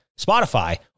Spotify